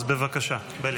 אז בבקשה, בליאק.